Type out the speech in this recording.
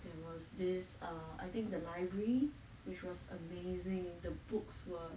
there was this uh I think the library which was amazing the books were